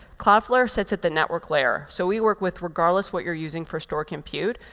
cloudflare sits at the network layer. so we work with regardless what you're using for store compute.